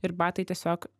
ir batai tiesiog